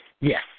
Yes